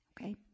Okay